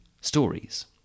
stories